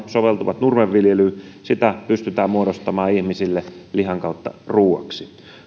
soveltuvat nurmen viljelyyn sitä pystytään muodostamaan ihmisille lihan kautta ruoaksi on